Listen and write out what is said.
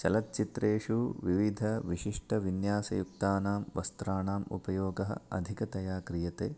चलच्चित्रेषु विविधविशिष्टविन्यासयुक्तानां वस्त्राणाम् उपयोगः अधिकतया क्रियते